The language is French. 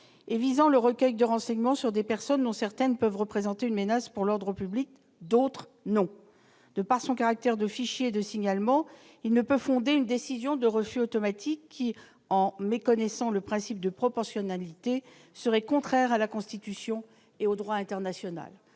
et visant le recueil de renseignements sur des personnes dont certaines peuvent représenter une menace pour l'ordre public, d'autres non. Il ne peut donc fonder une décision de refus automatique, qui, en méconnaissant le principe de proportionnalité, serait contraire à la Constitution et au droit international.